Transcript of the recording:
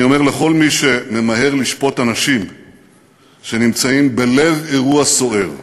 אני אומר לכל מי שממהר לשפוט אנשים שנמצאים בלב אירוע סוער,